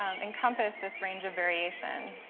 um encompass this range of variation.